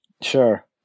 sure